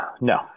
No